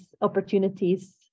opportunities